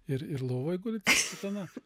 ir ir lovoj gulit su sutana